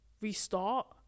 restart